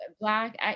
black